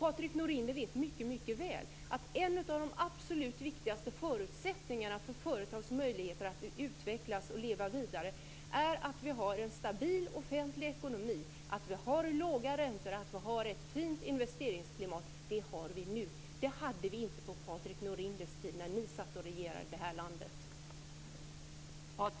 Patrik Norinder vet mycket väl att en av de absolut viktigaste förutsättningarna för företagens möjligheter att utvecklas och leva vidare är att vi har en stabil offentlig ekonomi, att vi har låga räntor och att vi har ett fint investeringsklimat. Det har vi nu. Det hade vi inte på den tid då Patrik Norinders parti regerade i det här landet.